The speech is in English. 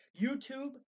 YouTube